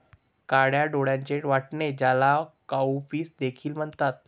काळ्या डोळ्यांचे वाटाणे, ज्याला काउपीस देखील म्हणतात